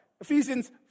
ephesians